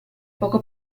poco